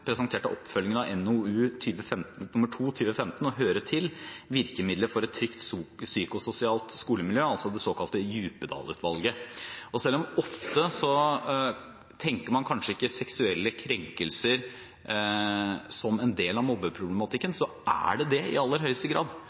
presenterte oppfølgingen av NOU 2015: 2, Å høre til. Virkemidler for et trygt psykososialt skolemiljø, altså fra det såkalte Djupedal-utvalget. Selv om man ofte ikke tenker på seksuelle krenkelser som en del av mobbeproblematikken, så er det det i aller høyeste grad.